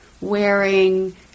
wearing